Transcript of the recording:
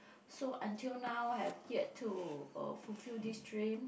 so until now have yet to uh fulfill this dream